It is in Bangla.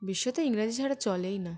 বিশ্ব তো ইংরাজি ছাড়া চলেই না